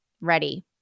ready